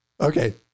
Okay